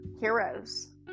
heroes